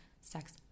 sex